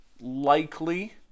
likely